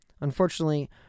Unfortunately